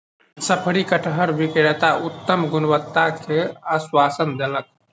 शफरी कटहर विक्रेता उत्तम गुणवत्ता के आश्वासन देलक